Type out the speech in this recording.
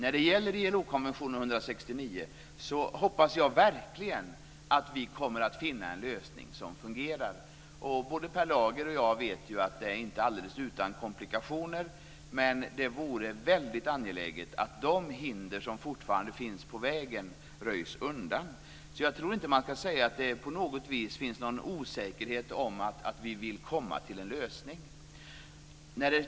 När det gäller ILO-konvention 169 hoppas jag verkligen att vi kommer att finna en lösning som fungerar. Både Per Lager och jag vet ju att det inte är alldeles utan komplikationer, men det vore väldigt angeläget att de hinder som fortfarande finns på vägen röjs undan. Jag tror inte att man ska säga att det på något vis finns en osäkerhet om att vi vill komma till en lösning.